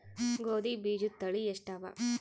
ಗೋಧಿ ಬೀಜುದ ತಳಿ ಎಷ್ಟವ?